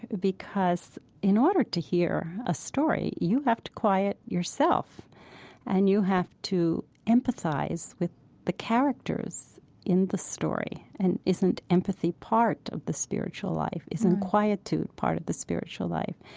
because in order to hear a story, you have to quiet yourself and you have to empathize with the characters in the story. and isn't empathy part of the spiritual life? isn't quietude part of the spiritual life?